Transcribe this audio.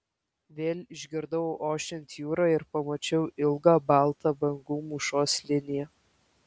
vėl išgirdau ošiant jūrą ir pamačiau ilgą baltą bangų mūšos liniją